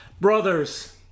Brothers